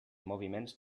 moviments